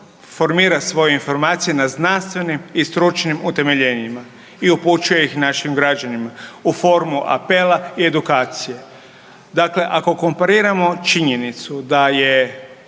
formira svoje informacije na znanstvenim i stručnim utemeljenjima i upućuje ih našim građanima u formu apela i edukacije. Dakle, ako kompariramo činjenicu da je